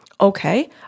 okay